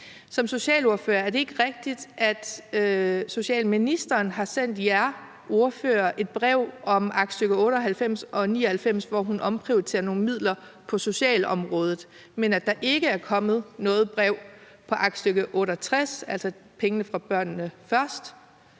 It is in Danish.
socialordfører, om det ikke er rigtigt, at socialministeren har sendt jer ordførere et brev om aktstykke 98 og 99, hvor hun omprioriterer nogle midler på socialområdet, men at der ikke er kommet noget brev om aktstykke 68, altså pengene fra »Børnene Først«.